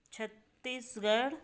Chhattisgarh